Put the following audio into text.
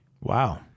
Wow